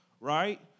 right